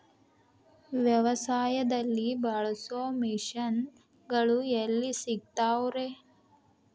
ವ್ಯವಸಾಯದಲ್ಲಿ ಬಳಸೋ ಮಿಷನ್ ಗಳು ಎಲ್ಲಿ ಸಿಗ್ತಾವ್ ರೇ?